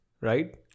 right